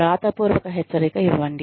వ్రాతపూర్వక హెచ్చరిక ఇవ్వండి